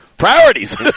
Priorities